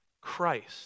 Christ